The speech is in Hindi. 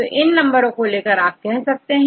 तो इन नंबरों को लेकर आप कह सकते हैं